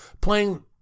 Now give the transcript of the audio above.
playing